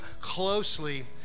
closely